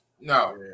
No